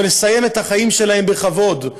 לסיים את החיים שלהם בכבוד.